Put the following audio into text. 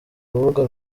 rubuga